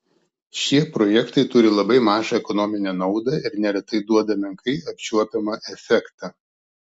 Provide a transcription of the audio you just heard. šie projektai turi labai mažą ekonominę naudą ir neretai duoda menkai apčiuopiamą efektą